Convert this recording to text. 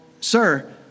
sir